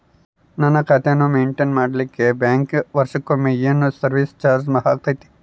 ನನ್ನ ಖಾತೆಯನ್ನು ಮೆಂಟೇನ್ ಮಾಡಿಲಿಕ್ಕೆ ಬ್ಯಾಂಕ್ ವರ್ಷಕೊಮ್ಮೆ ಏನು ಸರ್ವೇಸ್ ಚಾರ್ಜು ಹಾಕತೈತಿ?